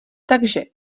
takže